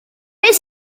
beth